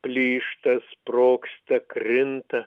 plyšta sprogsta krinta